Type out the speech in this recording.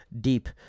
deep